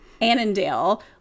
Annandale